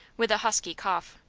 with a husky cough.